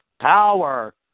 power